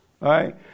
right